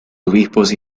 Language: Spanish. obispos